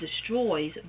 destroys